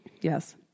Yes